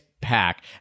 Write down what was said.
Pack